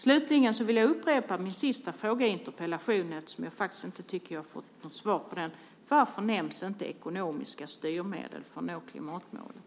Slutligen vill jag upprepa min sista fråga i interpellationen eftersom jag inte tycker att jag har fått svar på den. Varför nämns inte ekonomiska styrmedel för att nå klimatmålet?